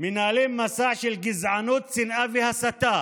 מנהלים מסע של גזענות, שנאה והסתה